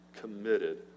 committed